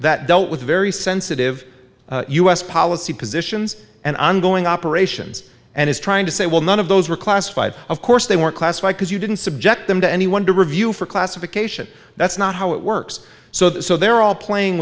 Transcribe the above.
that dealt with very sensitive u s policy positions and ongoing operations and is trying to say well none of those were classified of course they were classified because you didn't subject them to anyone to review for classification that's not how it works so they're all playing